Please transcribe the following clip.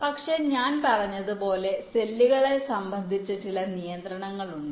പക്ഷേ ഞാൻ പറഞ്ഞതുപോലെ സെല്ലുകളെ സംബന്ധിച്ച് ചില നിയന്ത്രണങ്ങളുണ്ട്